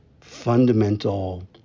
fundamental